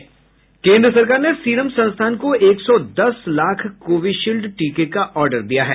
केन्द्र सरकार ने सीरम संस्थान को एक सौ दस लाख कोविशिल्ड टीके का ऑर्डर दिया है